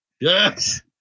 Yes